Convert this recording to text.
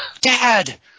Dad